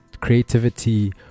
creativity